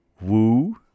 woo